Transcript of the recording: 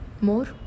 more